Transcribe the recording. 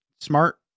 Smart